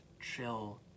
chill